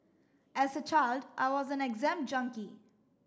as a child I was an exam junkie